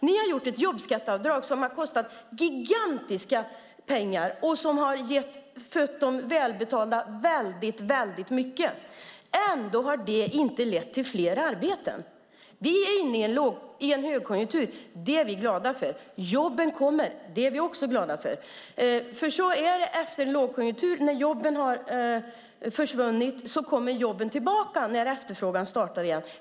Ni har infört ett jobbskatteavdrag som har kostat gigantiska pengar och som har lönat de välbetalda väl. Det har dock inte lett till fler arbeten. Sverige är inne i en högkonjunktur, vilket vi är glada för. Jobben kommer, vilket vi också är glada för. Efter en lågkonjunktur då jobben försvunnit kommer jobben tillbaka när efterfrågan startar igen.